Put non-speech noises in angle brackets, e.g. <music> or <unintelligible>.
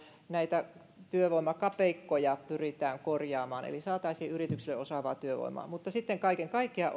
näitä työvoimakapeikkoja pyritään korjaamaan että saataisiin yrityksille osaavaa työvoimaa mutta sitten kaiken kaikkiaan <unintelligible>